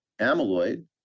amyloid